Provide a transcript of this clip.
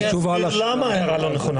למה ההערה לא נכונה,